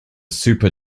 super